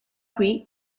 qui